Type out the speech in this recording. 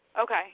Okay